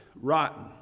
rotten